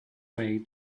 away